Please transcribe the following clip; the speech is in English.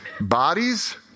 bodies